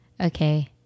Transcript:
Okay